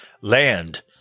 land